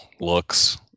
looks